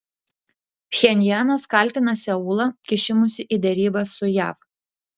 pchenjanas kaltina seulą kišimusi į derybas su jav